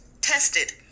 tested